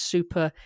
Super